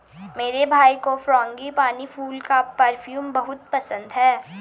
मेरे भाई को फ्रांगीपानी फूल का परफ्यूम बहुत पसंद है